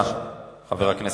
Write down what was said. ממש לקחת